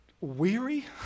weary